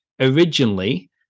Originally